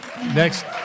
next